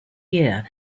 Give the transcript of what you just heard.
year